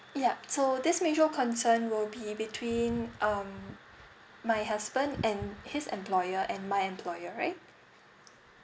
ya so this major concern will be between um my husband and his employer and my employer right